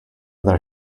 their